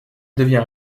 devient